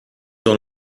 dans